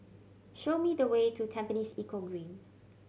show me the way to Tampines Eco Green